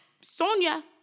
Sonia